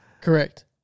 correct